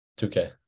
2K